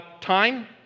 time